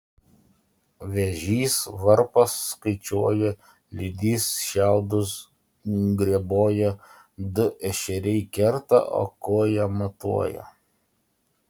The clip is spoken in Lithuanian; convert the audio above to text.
vėžys varpas skaičiuoja lydys šiaudus greboja du ešeriai kerta o kuoja matuoja